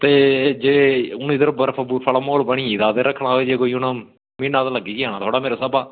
ते जे हून इद्धर बर्फ आह्ला म्हौल बनी गेदा अगर रक्खना होग ते म्हीना हार लग्गी गै जाना थुआढ़ा